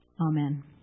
Amen